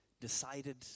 Decided